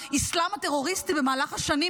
את האסלאם הטרוריסטי במהלך השנים,